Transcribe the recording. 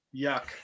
yuck